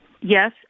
Yes